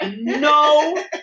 No